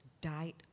died